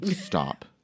Stop